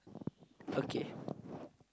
okay